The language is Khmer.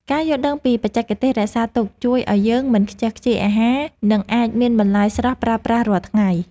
ការយល់ដឹងពីបច្ចេកទេសរក្សាទុកជួយឱ្យយើងមិនខ្ជះខ្ជាយអាហារ និងអាចមានបន្លែស្រស់ប្រើប្រាស់រាល់ថ្ងៃ។